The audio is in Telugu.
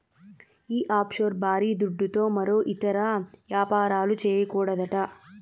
ఈ ఆఫ్షోర్ బారీ దుడ్డుతో మరో ఇతర యాపారాలు, చేయకూడదట